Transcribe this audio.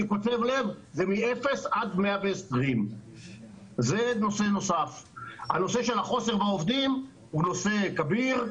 כי קוצב לב זה בין 120-0. הנושא של החוסר בעובדים הוא נושא כביר,